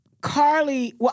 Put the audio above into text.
Carly